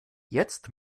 jetzt